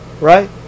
Right